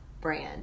brand